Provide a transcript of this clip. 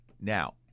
Now